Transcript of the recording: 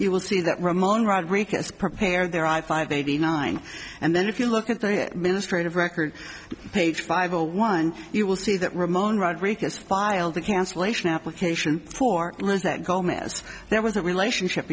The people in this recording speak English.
you will see that ramon rodriquez prepare their i five eighty nine and then if you look at the ministry of record page five or one you will see that ramon rodriquez filed the cancellation application for that gomez there was a relationship